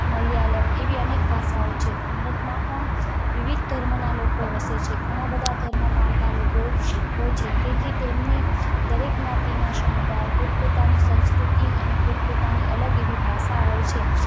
મલયાલમ એવી અનેક ભાષાઓ છે ભારતમાં પણ વિવિધ ધર્મના લોકો વસે છે ઘણા બધા ધર્મ પાળતા લોકો હોય છે તેથી તેમની દરેક જ્ઞાતિના સમુદાય પોતપોતાની સંસ્કૃતિ અને પોતપોતાની અલગ વિવિધ ભાષા હોય છે